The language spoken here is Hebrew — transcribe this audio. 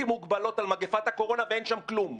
מוגבלות על מגפת הקורונה ואין שם כלום.